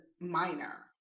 minor